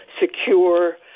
secure